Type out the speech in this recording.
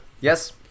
Yes